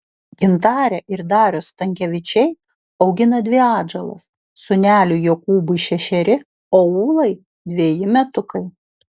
gintarė ir darius stankevičiai augina dvi atžalas sūneliui jokūbui šešeri o ūlai dveji metukai